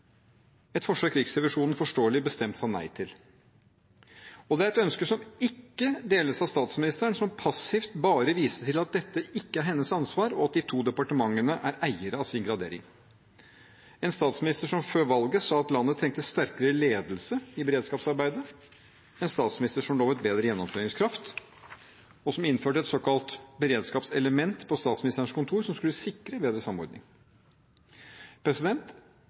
et forsøk Riksrevisjonen forståelig bestemt sa nei til. Det er et ønske som ikke deles av statsministeren, som passivt bare viser til at dette ikke er hennes ansvar, og at de to departementene er eiere av sin gradering – en statsminister som før valget sa at landet trengte sterkere ledelse i beredskapsarbeidet, som lovet bedre gjennomføringskraft, og som innførte et såkalt beredskapselement på Statsministerens kontor som skulle sikre bedre samordning.